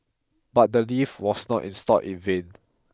but the lift was not installed in vain